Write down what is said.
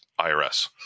IRS